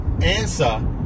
answer